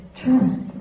trust